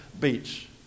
beach